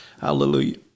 Hallelujah